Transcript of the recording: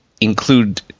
include